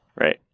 Right